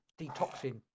detoxing